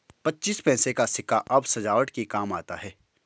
पच्चीस पैसे का सिक्का अब सजावट के काम आता है